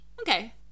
okay